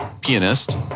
pianist